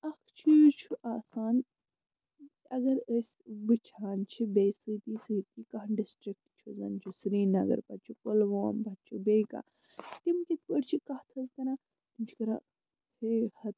اَکھ چیٖز چھُ آسان اَگر أسۍ وُچھان چھِ بیٚیہِ سۭتی سۭتی کانٛہہ ڈِسٹرکٹ چھُ زَن چھُ سرینگر پَتہٕ چھُ پُلوم پَتہٕ چھُ بیٚیہِ کانٛہہ تِم کِتھٕ پٲٹھۍ چھِ کَتھ حظ کران تِم چھِ کران ہے ہتہٕ